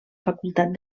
facultat